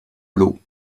l’eau